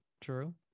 true